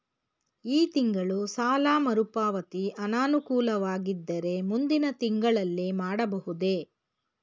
ಈ ತಿಂಗಳು ಸಾಲ ಮರುಪಾವತಿ ಅನಾನುಕೂಲವಾಗಿದ್ದರೆ ಮುಂದಿನ ತಿಂಗಳಲ್ಲಿ ಮಾಡಬಹುದೇ?